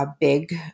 Big